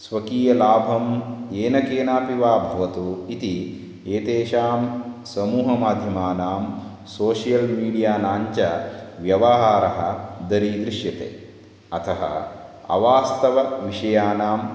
स्वकीयलाभं येन केनापि वा भवतु इति एतेषां समूहमाध्यमानां सोशियल् मीडियानां च व्यवहारः दरीदृश्यते अतः अवास्तवानां विषयाणां